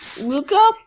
Luca